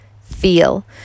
feel